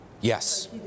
Yes